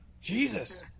Jesus